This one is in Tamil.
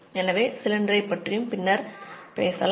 எனவே சிலிண்டரைப் பற்றி பின்னர் பேசலாம்